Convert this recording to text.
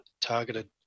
targeted